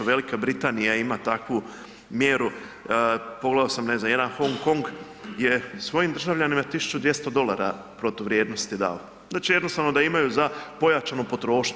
Velika Britanija ima takvu mjeru, pogledao sam ne znam jedan Hong Kong je svojim državljanima 1200 dolara protuvrijednosti dao, znači jednostavno da imaju za pojačanju potrošnju.